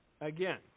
Again